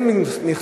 אז מה, מותר לי.